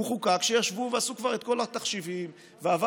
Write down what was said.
הוא חוקק כשישבו ועשו כבר את כל התחשיבים ועבר